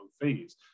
fees